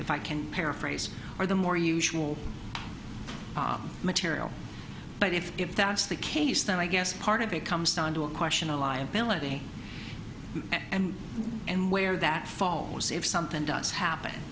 if i can paraphrase are the more usual material but if if that's the case then i guess part of it comes down to a question a liability and and where that falls if something does happen